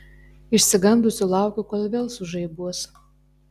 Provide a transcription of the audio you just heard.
išsigandusi laukiu kol vėl sužaibuos